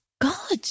God